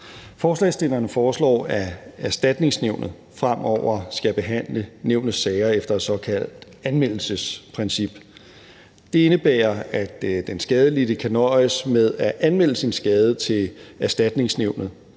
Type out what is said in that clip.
Forslagsstillerne foreslår, at Erstatningsnævnet fremover skal behandle nævnets sager efter et såkaldt anmeldelsesprincip. Det indebærer, at den skadelidte kan nøjes med at anmelde sin skade til Erstatningsnævnet.